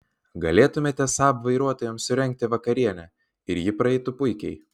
galėtumėte saab vairuotojams surengti vakarienę ir ji praeitų puikiai